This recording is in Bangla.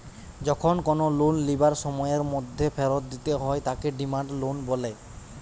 যখন কোনো লোন লিবার সময়ের মধ্যে ফেরত দিতে হয় তাকে ডিমান্ড লোন বলে